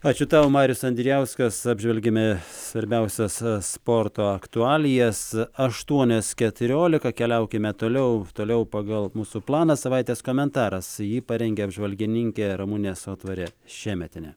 ačiū tau marijus andrijauskas apžvelgiame svarbiausias sporto aktualijas aštuonios keturiolika keliaukime toliau toliau pagal mūsų planą savaitės komentaras jį parengė apžvalgininkė ramunė sotvanė šemetienė